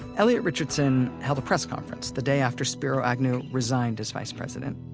elliot richardson held a press conference the day after spiro agnew resigned as vice president.